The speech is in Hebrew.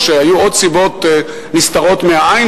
או שהיו עוד סיבות נסתרות מהעין,